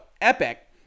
epic